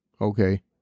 okay